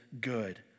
good